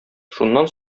шуннан